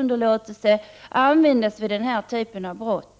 inte skall användas vid den här typen av brott.